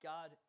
God